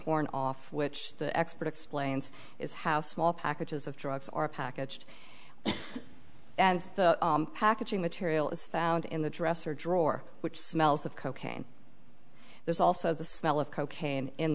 torn off which the expert explains is how small packages of drugs are packaged and the packaging material is found in the dresser drawer which smells of cocaine there's also the smell of cocaine